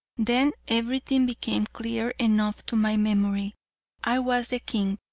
then everything became clear enough to my memory i was the king,